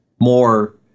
more